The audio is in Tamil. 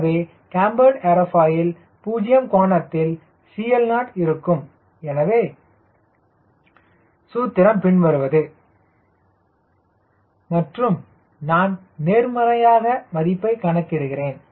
எனவே கேம்பர்டு ஏர்ஃபாயில் 0 கோணத்தில் 𝐶LO இருக்கும் எனவே 𝐶ma0 𝐶mac 𝐶LO மற்றும் நான் நேர்மறையாக மதிப்பை கணக்கிடுகிறேன்